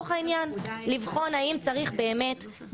דנו בסעיף 18 ואנחנו עכשיו בסעיף 19 עד סעיף 22. ענת,